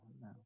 no